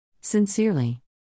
Sincerely